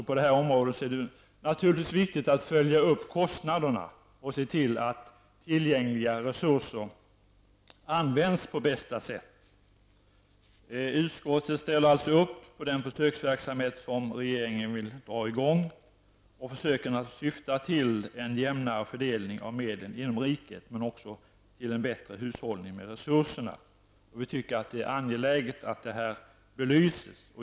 På det här området är det naturligtvis viktigt att följa upp kostnaderna och se till att tillgängliga resurser används på bästa sätt. Utskottet ställer sig alltså bakom den försöksverksamhet som regeringen vill dra i gång. Syftet är att få en jämnare fördelning av medlen inom riket men också en bättre hushållning med resurserna. Vi tycker att det är angeläget att frågan belyses.